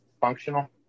Functional